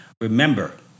Remember